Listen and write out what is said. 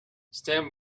stand